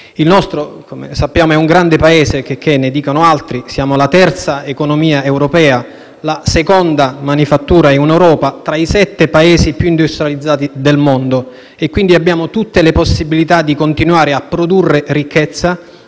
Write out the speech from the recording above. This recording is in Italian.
il nostro è un grande Paese, checché ne dicano altri: siamo la terza economia europea, la seconda manifattura in Europa e tra i sette Paesi più industrializzati nel mondo e, quindi, abbiamo tutte le possibilità per continuare a produrre ricchezza,